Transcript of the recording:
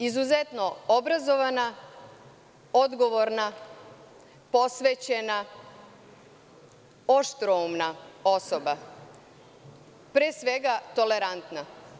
Izuzetno obrazovana, odgovorna, posvećena, oštroumna osoba, pre svega tolerantna.